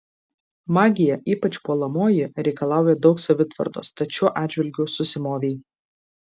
magija ypač puolamoji reikalauja daug savitvardos tad šiuo atžvilgiu susimovei